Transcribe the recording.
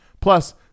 Plus